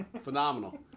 phenomenal